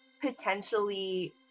potentially